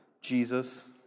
Jesus